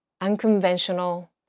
Unconventional